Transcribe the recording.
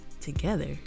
together